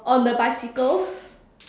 on the bicycle